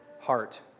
heart